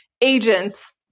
agents